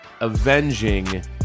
avenging